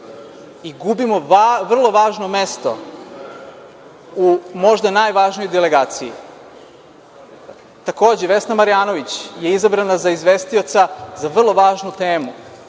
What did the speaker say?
i gubimo vrlo važno mesto u možda najvažnijoj delegaciji. Takođe, Vesna Marjanović je izabrana za izvestioca za vrlo važnu temu.